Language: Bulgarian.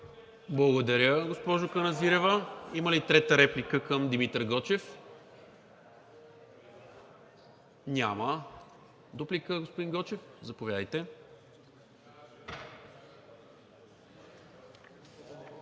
Благодаря, госпожо Каназирева. Има ли трета реплика към Димитър Гочев? Няма. Дуплика – господин Гочев. Заповядайте.